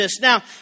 Now